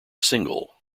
single